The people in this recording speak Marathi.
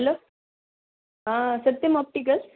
हॅलो हा सत्यम् ऑप्टीकल्स